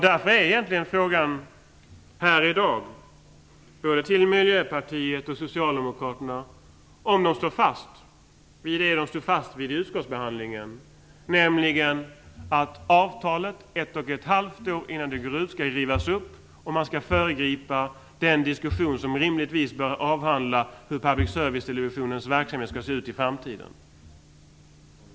Därför är frågan här i dag till både Miljöpartiet och Socialdemokraterna om de står fast vid ställningstagandet i utskottsbehandlingen, nämligen att avtalet skall rivas upp ett och ett halvt år innan det löper ut och att man skall föregripa den diskussion som rimligtvis bör avhandla hur public service-televisionens verksamhet skall se ut i framtiden.